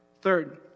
Third